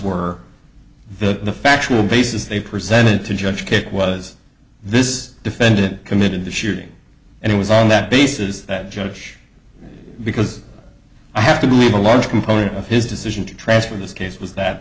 were the factual basis they presented to judge kate was this defendant committed the shooting and it was on that basis that judge because i have to believe a large component of his decision to transform this case was that